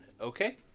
okay